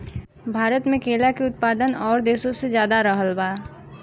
भारत मे केला के उत्पादन और देशो से ज्यादा रहल बा